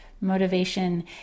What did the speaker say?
motivation